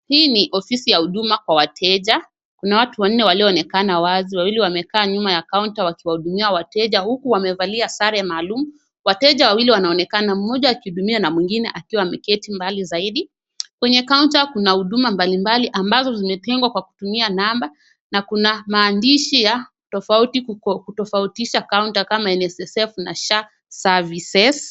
Hii ni ofisi ya huduma kwa wateja, kuna watu wanne walioonekana uwazi, wawili wamekaa nyuma ya kaunta wakiwahudumia wateja huku wamevalia sare maalum. Wateja wawili wanaonekana, mmoja akihudumia na mwingine ameketi mbali zaidi. Kwenye kaunta kuna huduma mbalimbali ambazo zimetengwa kwa kutumia namba na kuna maandishi ya tofauti kutofautisha kaunta kama NSSF na SHA services .